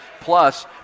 plus